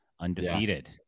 Undefeated